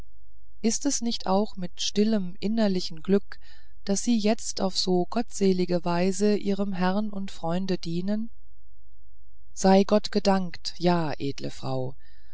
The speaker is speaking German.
ist es nicht auch mit stillem innerlichen glück daß sie jetzt auf so gottselige weise ihrem herrn und freunde dienen sei gott gedankt ja edle frau